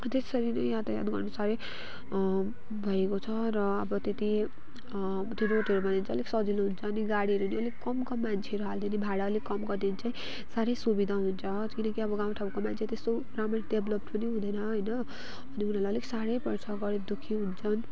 त्यसरी नै यातायात गर्नु साह्रै भएको छ र अब त्यति रोडहरू भयो भने चाहिँ अलिक सजिलो हुन्छ नि गाडीहरू अलि कम कम मान्छेहरू हालेर भाडा अलिक कम गरिदियो भने चाहिँ साह्रै सुविधा हुन्छ किनकि अब गाउँठाउँको मान्छेहरू त्यस्तो राम्रो डेभ्लप्ड पनि हुँदैन र उनीहरूलाई अलिक साह्रै पर्छ गरीब दुखी हुन्छन्